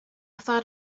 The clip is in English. thought